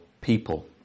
people